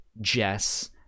Jess